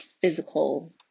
physical